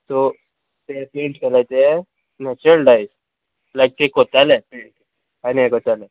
so तें paint केलाय तें नॅचरल डाय लायक ते कोताले पेंट आनी हे कोताले